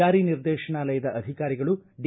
ಚಾರಿ ನಿರ್ದೇಶನಾಲಯದ ಅಧಿಕಾರಿಗಳು ಡಿ